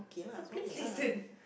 the place is in